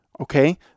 okay